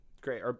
Great